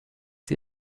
sie